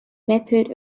method